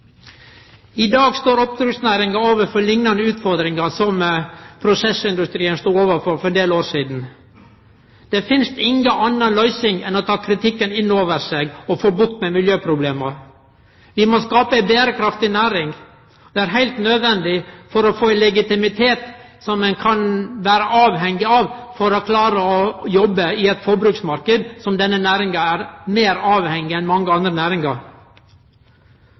I dag står oppdrettsnæringa overfor liknande utfordringar som prosessindustrien stod overfor for ein del år sidan. Det finst inga anna løysing enn å ta kritikken inn over seg og få bukt med miljøproblema. Vi må skape ei berekraftig næring. Det er heilt nødvendig for å få legitimitet som ein kan vere avhengig av å ha for å klare å jobbe i ein forbruksmarknad, som denne næringa er meir avhengig av enn mange andre næringar.